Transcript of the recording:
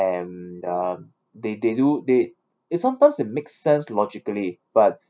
and um they they do they it sometimes it makes sense logically but